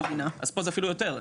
אז פה זה אפילו יותר.